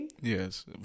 Yes